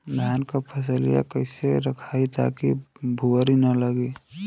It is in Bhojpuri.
धान क फसलिया कईसे रखाई ताकि भुवरी न लगे?